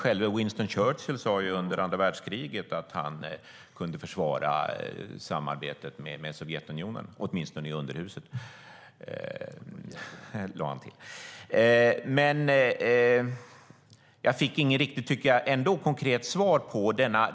Själve Winston Churchill sade under andra världskriget att han kunde försvara samarbetet med Sovjetunionen - åtminstone i underhuset, lade han till. Jag fick inget riktigt konkret svar, tycker jag.